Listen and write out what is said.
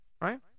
right